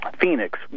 Phoenix